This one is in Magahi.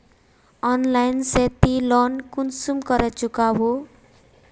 ऑनलाइन से ती लोन कुंसम करे चुकाबो?